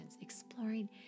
exploring